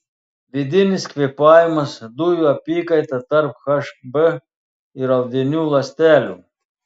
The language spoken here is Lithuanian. vidinis kvėpavimas dujų apykaita tarp hb ir audinių ląstelių